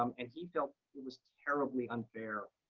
um and he felt it was terribly unfair.